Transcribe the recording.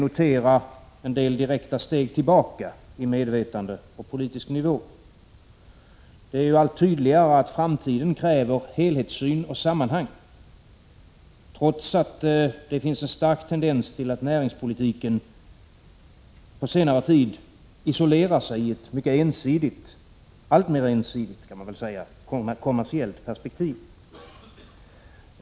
notera direkta steg tillbaka i medvetande och politisk nivå. Det blir allt tydligare att framtiden kräver helhetssyn och sammanhang, men trots det finns på senare tid en stark tendens till att näringspolitiken isolerar sig i ett alltmer ensidigt kommersiellt perspektiv.